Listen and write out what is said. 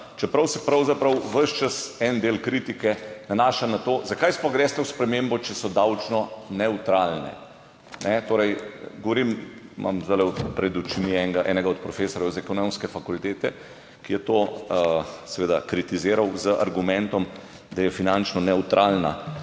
čeprav se pravzaprav ves čas en del kritike nanaša na to, zakaj sploh greste v spremembo, če so davčno nevtralne. Zdajle imam pred očmi enega od profesorjev z Ekonomske fakultete, ki je to seveda kritiziral z argumentom, da je finančno nevtralna;